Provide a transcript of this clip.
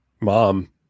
mom